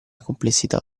complessità